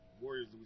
Warriors